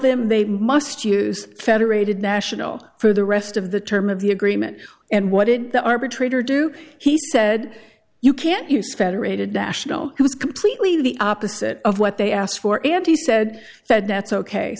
them they must use federated national for the rest of the term of the agreement and what it the arbitrator do he said you can't use federated national was completely the opposite of what they asked for and he said that that's ok